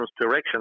direction